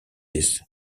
this